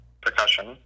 percussion